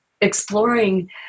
exploring